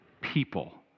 people